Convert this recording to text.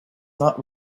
not